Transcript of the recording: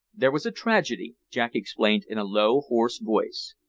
there was a tragedy, jack explained in a low, hoarse voice.